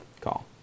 call